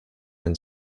and